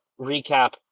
recap